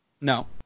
No